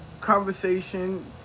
conversation